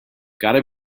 gotta